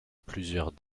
plusieurs